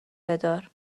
بدار